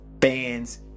fans